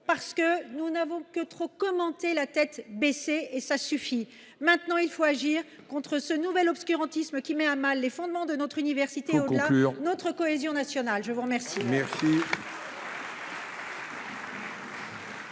parce que nous n'avons que trop commenté la tête baissée et ça suffit. Maintenant il faut agir contre ce nouvel obscurantisme qui met à mal les fondements de notre université au-delà notre cohésion nationale. Je vous remercie.